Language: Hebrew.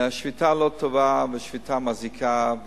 שביתה היא לא טובה ושביתה מזיקה.